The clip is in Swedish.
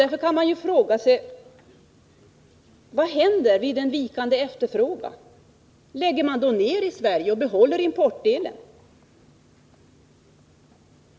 Därför kan man fråga sig: Vad händer vid en vikande efterfrågan? Lägger man då ner i Sverige och behåller importen?